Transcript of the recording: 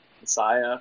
Messiah